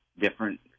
different